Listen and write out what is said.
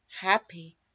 happy